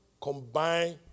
combine